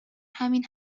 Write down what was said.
همین